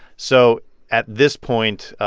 so at this point,